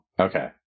okay